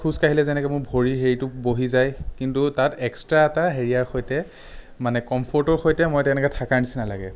খোজকাঢ়িলে যেনেকে মোৰ ভৰিৰ হেৰিটো বহি যায় কিন্তু তাত এক্সট্ৰা এটা হেৰিয়াৰ সৈতে মানে কম্ফ'ৰ্টৰ সৈতে মই তেনেকে থাকাৰ নিচিনা লাগে